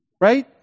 right